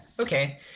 Okay